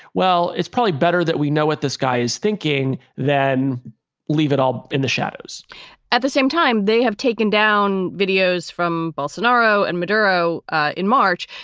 well, it's probably better that we know what this guy is thinking than leave it all in the shadows at the same time, they have taken down videos from both scenario and maduro ah in march.